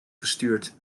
gestuurd